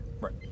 right